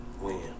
win